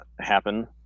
happen